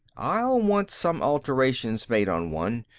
i'll want some alterations made on one.